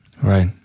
Right